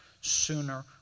Sooner